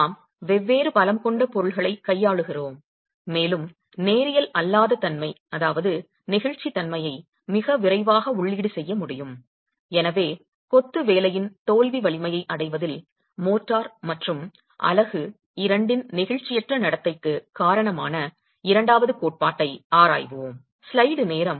நாம் வெவ்வேறு பலம் கொண்ட பொருட்களைக் கையாளுகிறோம் மேலும் நேரியல் அல்லாத தன்மைநெகிழ்ச்சித்தன்மையை nonlinearityinelasticity மிக விரைவாக உள்ளீடு செய்ய முடியும் எனவே கொத்துவேலையின் தோல்வி வலிமையை அடைவதில் மோர்டார் மற்றும் அலகு இரண்டின் நெகிழ்ச்சியற்ற நடத்தைக்குக் காரணமான இரண்டாவது கோட்பாட்டை ஆராய்வோம்